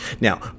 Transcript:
Now